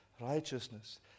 righteousness